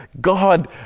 God